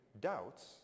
doubts